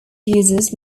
users